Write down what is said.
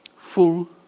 Full